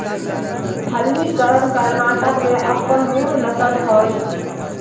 हल्लीकर कर्णाटक के अप्पन मूल नसल हइ